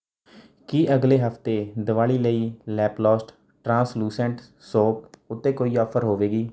ਕੀ ਅਗਲੇ ਹਫ਼ਤੇ ਦੀਵਾਲੀ ਲਈ ਲੈਪਲਾਸਟ ਟ੍ਰਾਂਸਲੂਸੈਂਟ ਸੋਪ ਉੱਤੇ ਕੋਈ ਆਫ਼ਰ ਹੋਵੇਗੀ